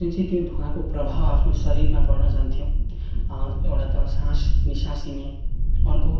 जुन चाहिँ धुवाको त्यो प्रभाव आफ्नो शरीरमा पर्न जान्थ्यो एउटा त सास निस्सासिने अर्को